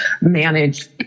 manage